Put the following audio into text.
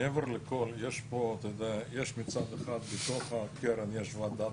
מעבר לכול יש מצד אחד בתוך הקרן ועדת